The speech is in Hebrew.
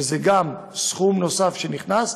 שזה סכום נוסף שנכנס.